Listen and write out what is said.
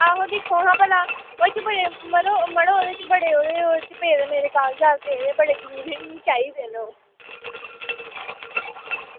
आहो दिक्खो हां भला ओह्दे च बड़े मड़ो मड़ो ओह्दे च बड़े ओह्दे च पेदे मेरे कागजात पेदे बड़े जरूरी न मिगी चाहिदे न